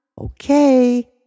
Okay